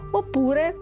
oppure